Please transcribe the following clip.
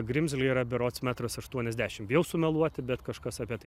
grimzlė yra berods metras aštuoniasdešimt bijau sumeluoti bet kažkas apie tai